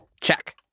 Check